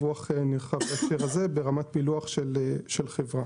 נוכל להעביר דיווח נרחב בהקשר הזה ברמת פילוח של כל חברה.